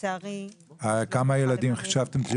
לפי כמה ילדים חישבתם?